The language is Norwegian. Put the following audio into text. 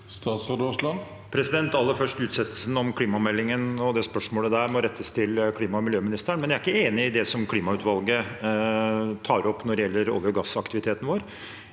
Aller først til ut- settelsen av klimameldingen: Det spørsmålet må rettes til klima- og miljøministeren. Jeg er ikke enig i det klimautvalget tar opp når det gjelder olje- og gassaktiviteten vår.